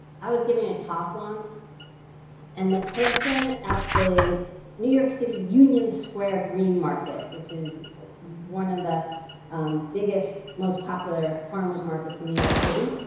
i was giving a talk once and the person at the new york city union square green market which is one of the biggest, most popular farmers' markets in new york city.